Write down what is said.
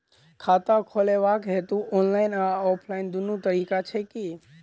खाता खोलेबाक हेतु ऑनलाइन आ ऑफलाइन दुनू तरीका छै की?